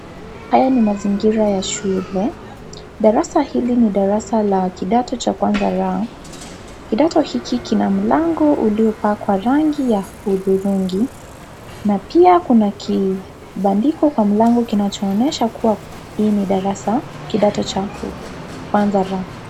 Haya ni mazingira ya shule. Darasa hili ni darasa la kidato cha kwanza la. Kidata hiki kina mlango uliopakwa rangi ya hudhurungi na pia kuna kibandiko kwa mlango kinachoonyesha kuwa ni darasa kidato cha kwanza la.